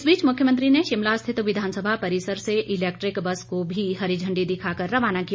इस बीच मुख्यमंत्री ने शिमला स्थित विधानसभा परिसर से इलेक्ट्रिक बस को भी हरी झंडी दिखाकर रवाना किया